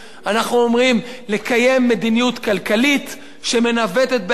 אנחנו אומרים לקיים מדיניות כלכלית שמנווטת באחריות,